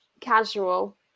casual